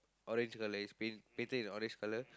orange colour it's paint painted in orange colour